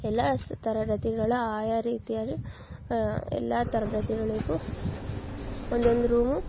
ಎಲ್ಲ ಸ ತರಗತಿಗಳ ಆಯಾ ರೀತಿಯಲ್ಲಿ ಎಲ್ಲ ತರಗತಿಗಳಿಗೂ ಒಂದೊಂದು ರೂಮು